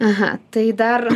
aha tai dar